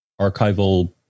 archival